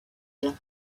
elle